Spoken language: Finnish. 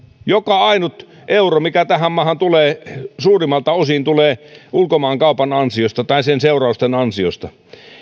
joka ainut euro mikä tähän maahan tulee tulee suurimmalta osin ulkomaankaupan tai sen seurausten ansiosta